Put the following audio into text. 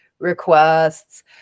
requests